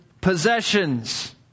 possessions